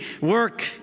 work